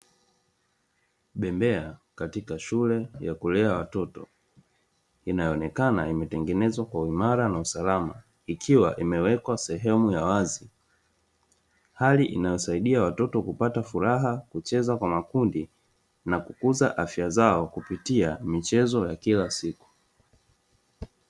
Bembea katika shule ya kulea watoto, inaonekana imetengenezwa kwa uimara na usalama ikiwa imewekwa sehemu ya wazi, hali inayosaidia watoto kupata furaha, kucheza kwa makundi na kukuza afya zao kupitia michezo ya kila siku.